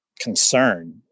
concern